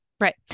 Right